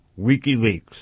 WikiLeaks